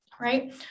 right